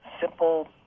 simple